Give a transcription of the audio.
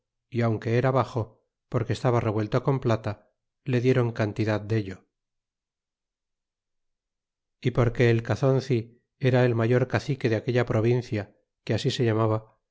é aunque era baxo porque estaba revuelto con plata le dieron cantidad dello y porque el cazonci era el mayor cacique de aquella provincia que así se llamaba